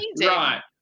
Right